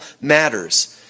matters